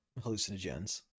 hallucinogens